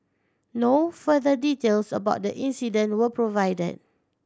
no further details about the incident were provide